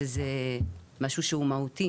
שזה משהו שהוא מהותי,